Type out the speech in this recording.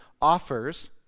offers